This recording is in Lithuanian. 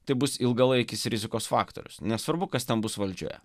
tai bus ilgalaikis rizikos faktorius nesvarbu kas ten bus valdžioje